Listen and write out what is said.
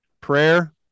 prayer